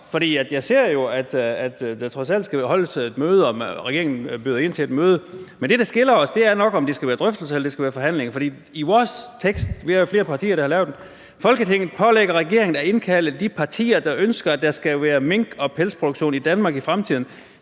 jeg ser jo, at der trods alt skal holdes et møde, at regeringen byder ind til et møde. Men det, der skiller os, er nok, om det skal være drøftelser, eller om det skal være forhandlinger. For i vores forslag til vedtagelse – vi er jo flere partier, der har lavet det – skriver vi, at Folketinget pålægger regeringen at indkalde de partier, der ønsker, at der skal være mink- og pelsproduktion i fremtiden,